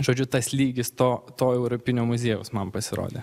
žodžiu tas lygis to to europinio muziejaus man pasirodė